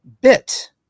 bit